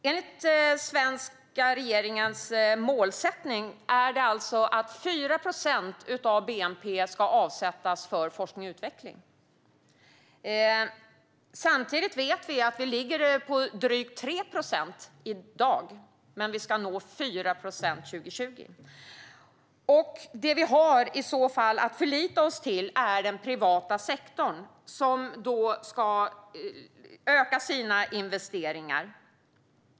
Den svenska regeringens målsättning är att 4 procent av bnp ska avsättas för forskning och utveckling. Vi vet att vi ligger på drygt 3 procent i dag, men vi ska nå 4 procent 2020. Det vi i så fall har att förlita oss till är den privata sektorn, som ska öka sina investeringar.